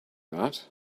that